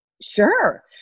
sure